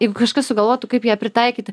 jeigu kažkas sugalvotų kaip ją pritaikyti